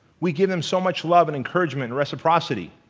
we give them so much love and encouragement, reciprocity,